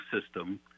system